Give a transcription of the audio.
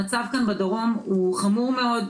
המצב כאן בדרום חמור מאוד.